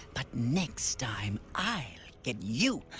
but next time i'll get you.